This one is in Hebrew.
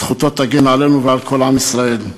זכותו תגן עלינו ועל כל עם ישראל.